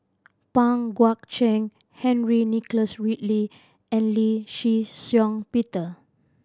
Pang Guek Cheng Henry Nicholas Ridley and Lee Shih Shiong Peter